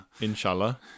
inshallah